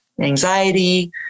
anxiety